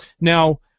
Now